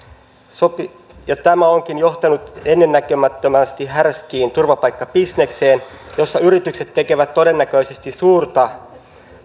ja tämä onkin johtanut ennennäkemättömästi härskiin turvapaikkabisnekseen jossa yritykset tekevät todennäköisesti suurta